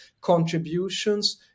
contributions